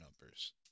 numbers